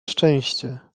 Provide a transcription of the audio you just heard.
szczęścia